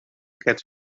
catch